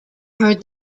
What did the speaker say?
heard